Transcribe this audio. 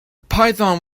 python